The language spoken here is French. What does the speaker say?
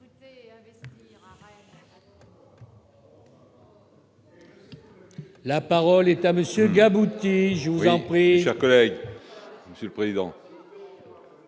La parole est à monsieur abouti, je vous en prie,